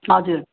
हजुर